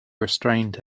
restrained